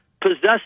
possessed